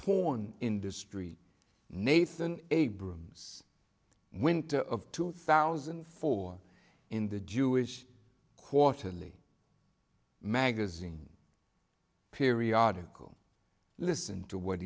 porn industry nathan abrams winter of two thousand and four in the jewish quarterly magazine periodical listen to what